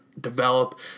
develop